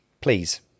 please